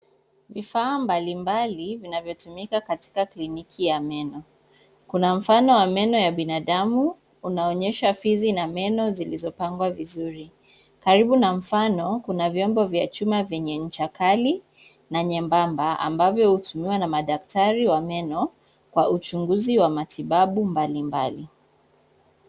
Vifaa mbalimbali vinavyotumika katika kliniki ya meno. Kuna mfano wa meno ya binadamu, unaoonyesa fizi na meno zilizopangwa vizuri. Karibu na mfano, kuna vyombo vya chuma vyenye ncha kali na nyembamba ambavyo hutumiwa na madaktari wa meno kwa uchunguzi wa matibabu mbalimbali.